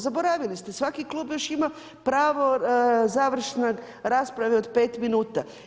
Zaboravili ste, svaki klub još ima pravo završne rasprave od 5 minuta.